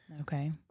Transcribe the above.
Okay